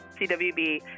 cwb